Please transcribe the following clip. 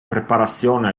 preparazione